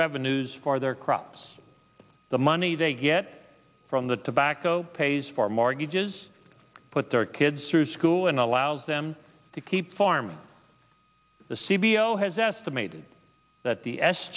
revenues for their crops the money they get from the tobacco pays for mortgages put their kids through school and allows them to keep farming the c b l has estimated that the s